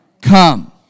come